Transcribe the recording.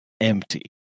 empty